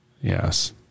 Yes